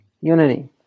Unity